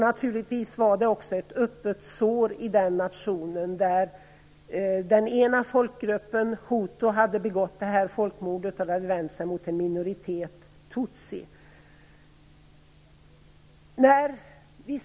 Naturligtvis var det också ett öppet sår i den nationen. Den ena folkgruppen där, hutuerna, hade begått ett folkmord vänt mot en minoritet, tutsierna.